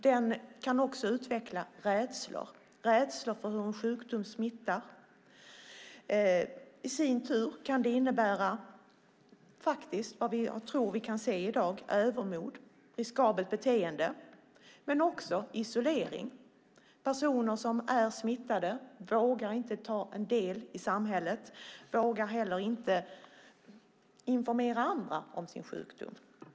Den kan också utveckla rädslor - rädslor för hur en sjukdom smittar. I sin tur kan det innebära övermod och riskabelt beteende. Det kan vi se i dag. Men det kan också innebära isolering. Personer som är smittade vågar inte ta del av samhället. De vågar inte heller informera andra om sin sjukdom.